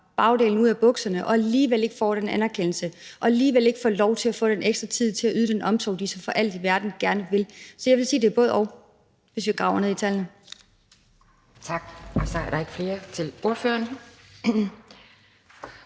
bagdelen ud af bukserne og alligevel ikke får den anerkendelse og alligevel ikke får lov til at få den ekstra tid til at yde den omsorg, som de for alt i verden gerne vil. Så jeg vil sige, at det er både-og, hvis vi graver ned i tallene.